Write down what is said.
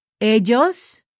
ellos